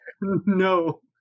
No